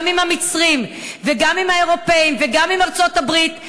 גם עם המצרים וגם עם האירופים וגם עם ארצות-הברית,